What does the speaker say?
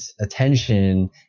attention